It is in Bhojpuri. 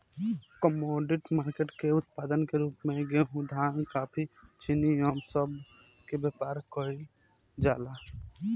कमोडिटी मार्केट के उत्पाद के रूप में गेहूं धान कॉफी चीनी ए सब के व्यापार केइल जाला